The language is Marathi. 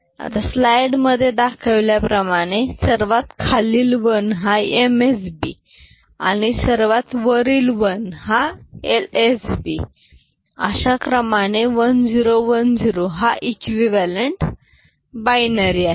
आता स्लाईड मधे दाखविल्याप्रमाने सर्वात खालील 1 हा MSB आणि सर्वात वरील 1 हा LSB अशा क्रमाने 1010 हा एक्विव्हालंट बायनरी आहे